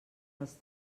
els